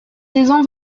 saison